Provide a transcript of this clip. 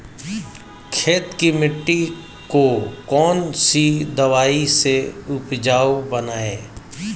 खेत की मिटी को कौन सी दवाई से उपजाऊ बनायें?